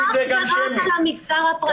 רק על המגזר הפרטי.